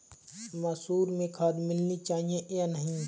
मसूर में खाद मिलनी चाहिए या नहीं?